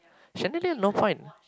chandelier no point